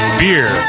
beer